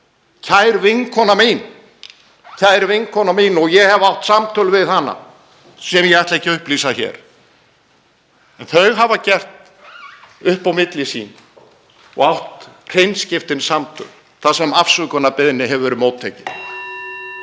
þætti á í hlut kær vinkona mín og ég hef átt samtöl við hana, sem ég ætla ekki að upplýsa hér um, en þau hafa gert upp á milli sín og átt hreinskiptin samtöl þar sem afsökunarbeiðni hefur verið móttekin.